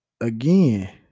again